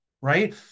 right